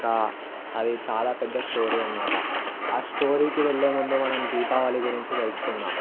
ఇంకా అది చాల పెద్ద స్టోరీ అన్నమాట ఆ స్టోరీకి వెళ్ళే ముందు మనం దీపావళి గురించి తెలుసుకుందాం